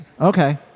Okay